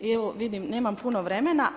I evo, vidim, nemam puno vremena.